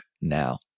now